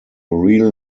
real